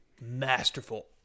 Masterful